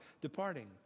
departing